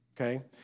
okay